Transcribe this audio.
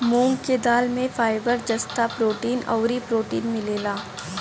मूंग के दाल में फाइबर, जस्ता, प्रोटीन अउरी प्रोटीन मिलेला